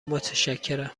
متشکرم